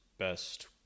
best